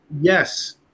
Yes